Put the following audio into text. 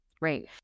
right